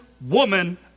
woman